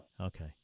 Okay